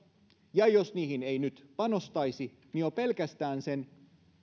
ja jos niihin ei nyt panostaisi niin jo pelkästään sen